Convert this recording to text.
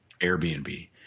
Airbnb